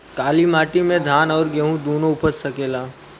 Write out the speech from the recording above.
काली माटी मे धान और गेंहू दुनो उपज सकेला?